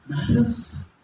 matters